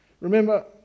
Remember